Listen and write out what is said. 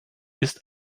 ist